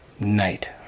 night